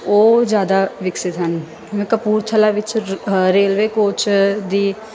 ਉਹ ਜ਼ਿਆਦਾ ਵਿਕਸਤ ਹਨ ਕਪੂਰਥਲਾ ਵਿੱਚ ਰੇਲਵੇ ਕੋਚ ਦੀ